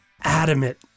adamant